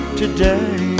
today